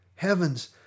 Heavens